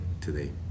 today